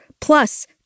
plus